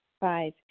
Five